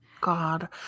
God